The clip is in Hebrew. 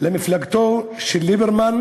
למפלגתו של ליברמן,